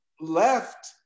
left